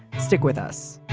stick with us